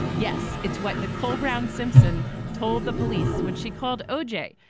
yes. it's what nicole brown simpson told the police when she called o j.